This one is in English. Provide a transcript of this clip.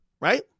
right